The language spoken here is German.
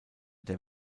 der